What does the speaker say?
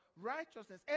righteousness